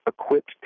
equipped